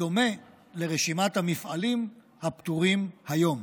בדומה לרשימת המפעלים הפטורים היום.